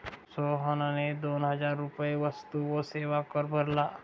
सोहनने दोन हजार रुपये वस्तू व सेवा कर भरला